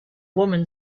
woman